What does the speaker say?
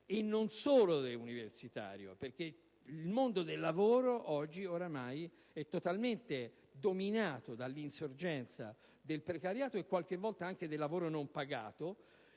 e non solo, perché il mondo del lavoro è ormai totalmente dominato dall'insorgenza del precariato e, qualche volta, anche del lavoro non pagato.